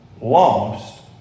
lost